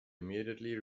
immediately